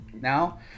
now